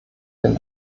den